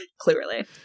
Clearly